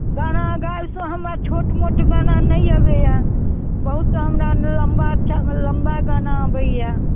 गाना गाबितौ हमरा छोट मोट गाना नहि अबैए बहुत हमरा लम्बा अच्छा लम्बा गाना अबैए